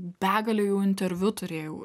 begalę jau interviu turėjau